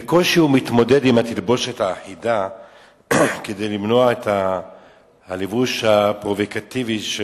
בקושי הוא מתמודד עם התלבושת האחידה כדי למנוע את הלבוש הפרובוקטיבי של